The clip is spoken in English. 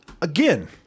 Again